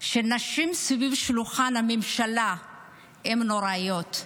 שהנשים סביב שולחן הממשלה הן נוראיות.